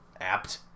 apt